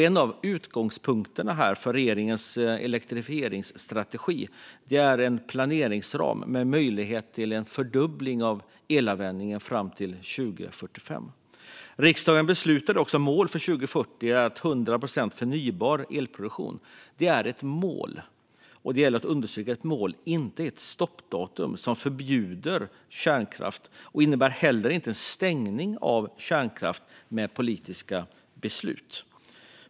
En av utgångspunkterna för regeringens elektrifieringsstrategi är en planeringsram med möjlighet till en fördubbling av elanvändningen fram till 2045. Riksdagens beslutade mål till 2040 är att 100 procent förnybar elproduktion ska vara just ett mål. Det gäller att understryka att det är ett mål och inte ett stoppdatum som förbjuder kärnkraft. Det innebär heller inte en stängning av kärnkraft genom politiska beslut.